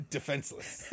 Defenseless